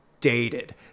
dated